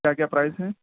کیا کیا پرائس ہیں